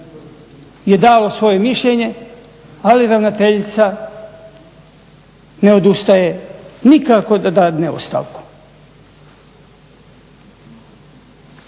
je dalo svoje mišljenje ali ravnateljica ne odustaje, nikako da dadne ostavku.